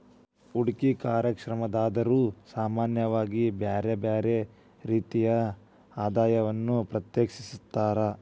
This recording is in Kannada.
ಹೂಡ್ಕಿ ಕಾರ್ಯಕ್ಷಮತಾದಾರ್ರು ಸಾಮಾನ್ಯವಾಗಿ ಬ್ಯರ್ ಬ್ಯಾರೆ ರೇತಿಯ ಆದಾಯವನ್ನ ಪ್ರತ್ಯೇಕಿಸ್ತಾರ್